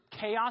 chaos